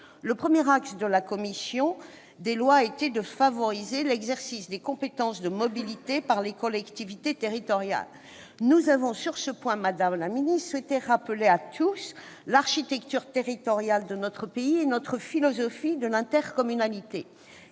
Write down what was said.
Le premier axe de la commission des lois a été de favoriser l'exercice des compétences de mobilité par les collectivités territoriales. Nous avons sur ce point souhaité rappeler à tous l'architecture territoriale de notre pays et notre philosophie de l'intercommunalité.